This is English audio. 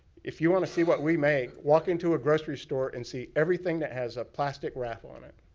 if you want to see what we make, walk into a grocery store and see everything that has a plastic wrap on it.